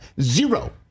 Zero